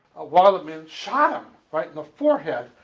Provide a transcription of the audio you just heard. a while man shot ah right in the forehead.